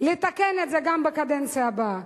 לתקן את זה גם בקדנציה הבאה.